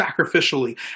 sacrificially